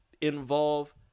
involve